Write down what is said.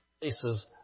places